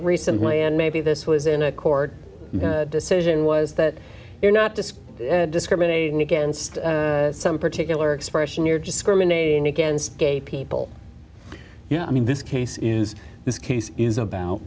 recently and maybe this was in a court decision was that you're not just discriminating against some particular expression you're discriminating against gay people you know i mean this case in this case is about